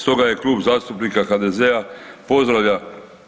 Stoga je Klub zastupnika HDZ-a pozdravlja,